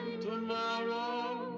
tomorrow